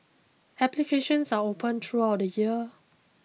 applications are open throughout the year